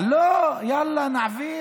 אבל לא, יאללה, נעביר.